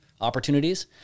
opportunities